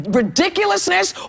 ridiculousness